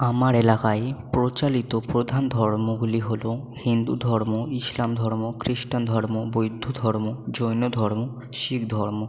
আমার এলাকায় প্রচলিত প্রধান ধর্মগুলি হলো হিন্দু ধর্ম ইসলাম ধর্ম খ্রিস্টান ধর্ম বৌদ্ধ ধর্ম জৈন ধর্ম শিখ ধর্ম